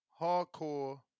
hardcore